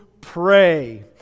pray